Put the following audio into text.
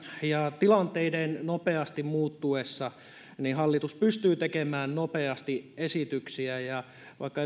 ja tilanteiden nopeasti muuttuessa hallitus pystyy tekemään nopeasti esityksiä ja vaikka